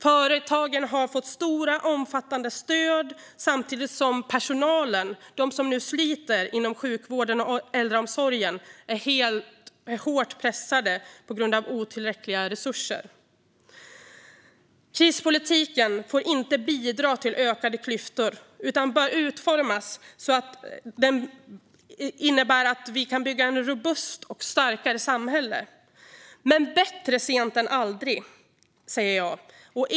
Företagen har fått stora omfattande stöd samtidigt som personalen inom sjukvården och äldreomsorgen - de som nu sliter - är hårt pressade på grund av otillräckliga resurser. Krispolitiken får inte bidra till ökade klyftor utan bör utformas på så sätt att vi kan bygga ett mer robust och starkare samhälle. Men bättre sent än aldrig, säger jag.